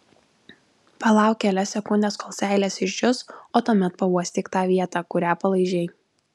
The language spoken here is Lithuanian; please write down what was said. palauk kelias sekundes kol seilės išdžius o tuomet pauostyk tą vietą kurią palaižei